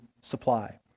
supply